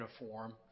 uniform